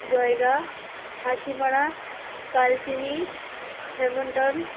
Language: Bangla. জয়গাঁ হাসিমাড়া কালচিনি হ্যামিল্টন